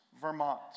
Vermont